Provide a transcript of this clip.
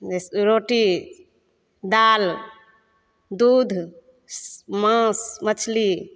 रोटी दालि दूध मांस मछली